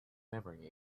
memory